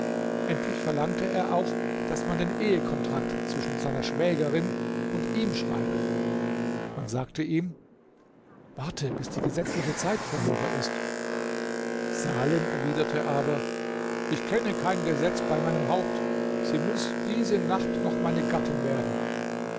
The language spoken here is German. endlich verlangte er auch daß man den ehekontrakt zwischen seiner schwägerin und ihm schreibe man sagte ihm warte bis die gesetzliche zeit vorüber ist salem erwiderte aber ich kenne kein gesetz bei meinem haupt sie muß diese nacht noch meine gattin werden